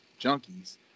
junkies